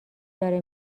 داره